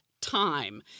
time